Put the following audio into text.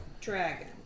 Dragon